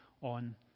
on